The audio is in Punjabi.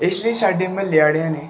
ਇਸ ਲਈ ਸਾਡੇ ਮੁਹੱਲੇ ਵਾਲਿਆਂ ਨੇ